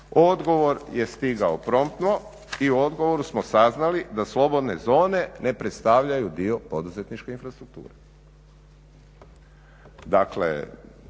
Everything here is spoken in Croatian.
Odgovor je stigao promptno i u odgovoru smo saznali da slobodne zone ne predstavljaju dio poduzetničke infrastrukture.